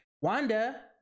Wanda